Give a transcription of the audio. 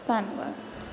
ਧੰਨਵਾਦ